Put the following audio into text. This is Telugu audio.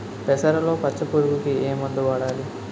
పెసరలో పచ్చ పురుగుకి ఏ మందు వాడాలి?